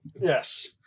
Yes